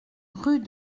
rue